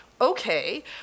Okay